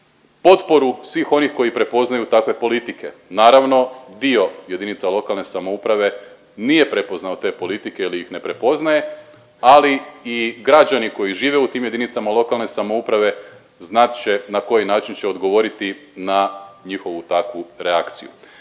potporu svih onih koji prepoznaju takve politike. Naravno, dio jedinica lokalne samouprave nije prepoznao te politike ili ih ne prepoznaje ali i građani koji žive u tim jedinicama lokalne samouprave znate će na koji način će odgovoriti na njihovu takvu reakciju.